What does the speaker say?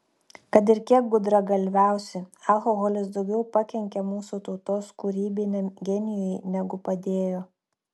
kad ir kiek gudragalviausi alkoholis daugiau pakenkė mūsų tautos kūrybiniam genijui negu padėjo